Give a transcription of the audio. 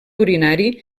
urinari